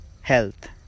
health